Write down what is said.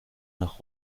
nach